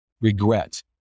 regret